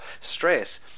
stress